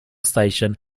station